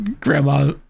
grandma